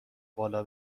بالا